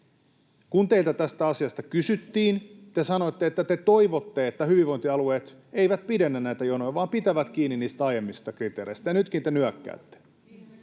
Kun teiltä tästä asiasta kysyttiin, te sanoitte, että te toivotte, että hyvinvointialueet eivät pidennä näitä jonoja vaan pitävät kiinni niistä aiemmista kriteereistä, ja nytkin te nyökkäätte. Näin.